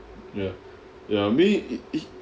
ya ya I mean it it